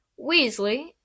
Weasley